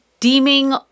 Deeming